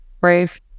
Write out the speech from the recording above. brave